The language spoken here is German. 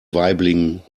waiblingen